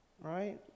right